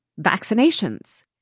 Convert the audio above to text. vaccinations